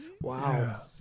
Wow